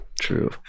True